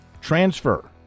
transfer